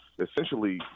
essentially